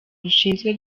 rushinzwe